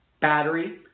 battery